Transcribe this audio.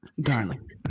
Darling